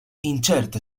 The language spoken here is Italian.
incerte